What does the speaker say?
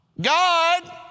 God